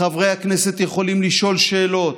חברי הכנסת יכולים לשאול שאלות,